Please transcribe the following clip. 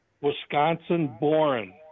Wisconsin-born